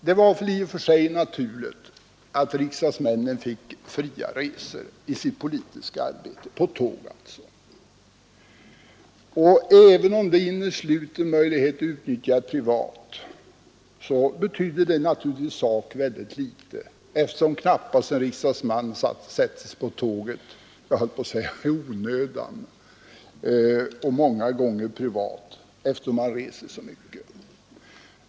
Det var i och för sig naturligt att riksdagsmännen fick fria tågresor i sitt politiska arbete och även om det innesluter möjligheter att utnyttja dem privat betyder det väldigt litet. En riksdagsman sätter sig knappast på tåget — jag höll på att säga i onödan — så ofta för privata resor eftersom han reser så mycket i arbetet.